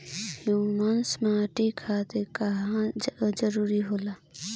Humus माटी खातिर काहे जरूरी होला?